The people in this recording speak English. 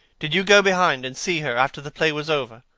did you go behind and see her, after the play was over?